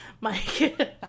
Mike